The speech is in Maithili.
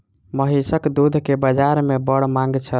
महीसक दूध के बाजार में बड़ मांग छल